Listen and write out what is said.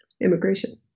immigration